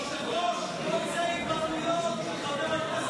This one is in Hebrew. היושב-ראש, כל זה התבטאויות של חבר הכנסת